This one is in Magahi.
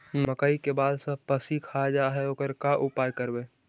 मकइ के बाल सब पशी खा जा है ओकर का उपाय करबै?